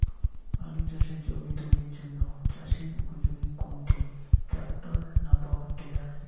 আলু চাষের জমি তৈরির জন্য চাষের উপযোগী কোনটি ট্রাক্টর না পাওয়ার টিলার?